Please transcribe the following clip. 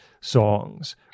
songs